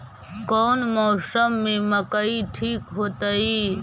कौन मौसम में मकई ठिक होतइ?